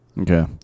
Okay